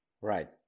Right